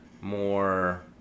more